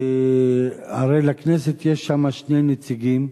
הרי לכנסת יש שם שני נציגים.